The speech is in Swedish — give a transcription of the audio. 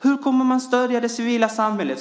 Hur kommer man att stödja det civila samhället